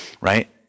right